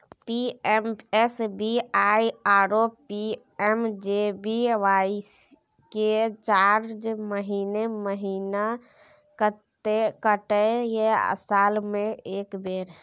PMSBY आरो PMJBY के charge महीने महीना कटते या साल म एक बेर?